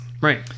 Right